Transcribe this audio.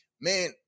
man